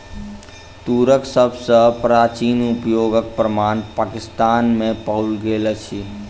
तूरक सभ सॅ प्राचीन उपयोगक प्रमाण पाकिस्तान में पाओल गेल अछि